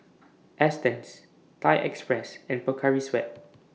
Astons Thai Express and Pocari Sweat